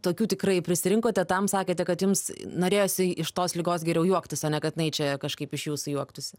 tokių tikrai prisirinkote tam sakėte kad jums norėjosi iš tos ligos geriau juoktis o ne kad jinai čia kažkaip iš jūsų juoktųsi